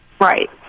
Right